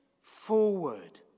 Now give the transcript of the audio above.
forward